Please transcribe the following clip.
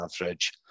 average